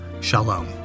Shalom